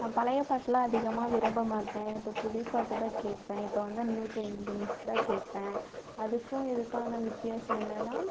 நான் பழைய பாட்டுலாம் அதிகமாக விரும்ப மாட்டேன் இப்போ புதிய பாட்டுதான் கேட்பேன் இப்போ வந்த நியூ ட்ரெண்டுன்ஸ் தான் கேட்பேன் அதுக்கும் இதுக்கான வித்தியாசம் என்னன்னால்